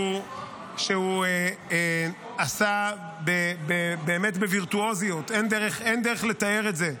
שהוא עשה באמת בווירטואוזיות, אין דרך לתאר את זה,